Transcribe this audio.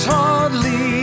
hardly